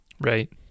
Right